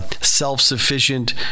self-sufficient